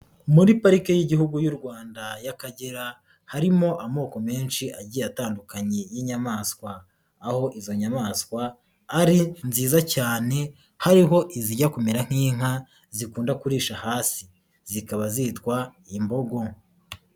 Muri Parike y'Igihugu y'u Rwanda y'Akagera harimo amoko menshi agiye atandukanye y'inyamaswa, aho izo nyamaswa ari nziza cyane hariho izijya kumera nk'inka zikunda kurisha hasi zikaba zitwa imbogo.